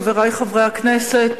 חברי חברי הכנסת,